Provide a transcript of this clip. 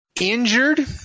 injured